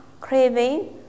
craving